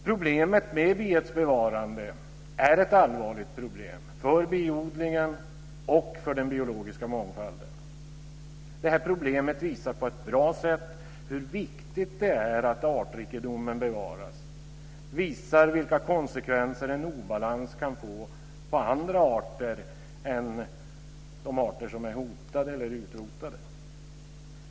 Problemet med biets bevarande är ett allvarligt problem för biodlingen och för den biologiska mångfalden. Detta problem visar på ett bra sätt hur viktigt det är att artrikedomen bevaras och vilka konsekvenser en obalans kan få på andra arter än de arter som är hotade eller utrotade.